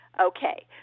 Okay